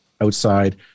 outside